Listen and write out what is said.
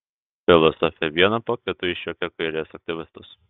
filosofė vieną po kito išjuokė kairės aktyvistus